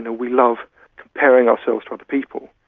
and we love comparing ourselves to other people.